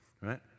right